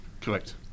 Correct